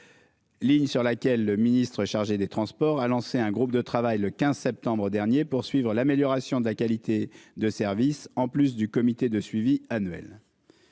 Ligne sur laquelle le ministre chargé des Transports a lancé un groupe de travail le 15 septembre dernier, Poursuivre l'amélioration de la qualité de service, en plus du comité de suivi annuel.